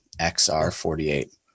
XR48